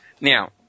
now